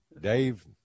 Dave